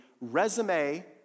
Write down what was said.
resume